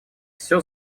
всё